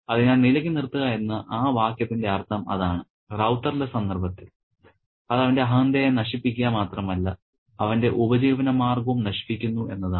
അതിനാൽ നിലക്ക് നിർത്തുക എന്ന ആ വാക്യത്തിന്റെ അർത്ഥം അതാണ് റൌത്തറിന്റെ സന്ദർഭത്തിൽ അത് അവന്റെ അഹന്തയെ നശിപ്പിക്കുക മാത്രമല്ല അവന്റെ ഉപജീവനമാർഗവും നശിപ്പിക്കുന്നു എന്നതാണ്